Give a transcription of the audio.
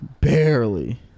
Barely